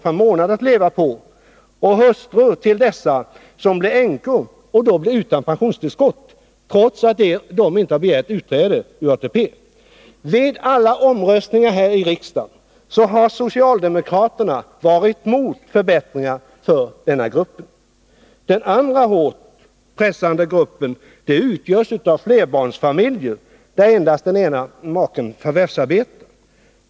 per månad att leva på, och hustrur till dessa som blir änkor och då blir utan pensionstillskott, trots att de inte begärt utträde ur ATP. Vid alla omröstningar här i riksdagen har socialdemokraterna varit emot förbättringar för denna grupp. Den andra hårt pressade gruppen utgörs av flerbarnsfamiljer där endast den ena maken förvärvsarbetar.